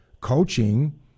coaching